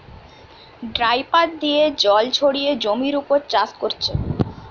dripper দিয়ে জল ছড়িয়ে জমির উপর চাষ কোরছে